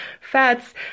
fats